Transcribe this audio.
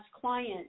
client